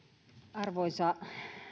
arvoisa